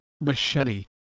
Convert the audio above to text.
Machete